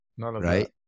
right